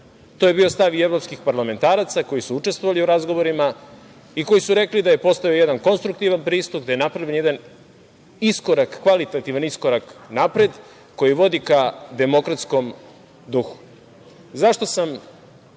To je bio stav i evropskih parlamentaraca koji su učestvovali u razgovorima i koji su rekli da je postojao jedan konstruktivan pristup, da je napravljen jedan kvalitativan iskorak napred, koji vodi ka demokratskom duhu.Zašto sam